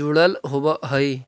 जुड़ल होवऽ हई